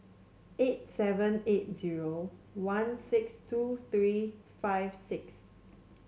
eight seven eight zero one six two three five six